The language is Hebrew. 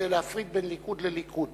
כדי להפריד בין ליכוד לליכוד.